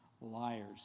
liars